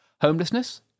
homelessness